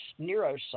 neuroscience